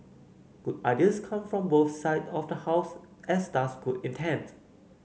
good ideas come from both side of the House as does good intent